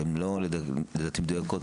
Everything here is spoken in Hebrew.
שהן לא לדעתי מדויקות,